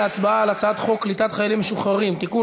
להצבעה על הצעת חוק קליטת חיילים משוחררים (תיקון,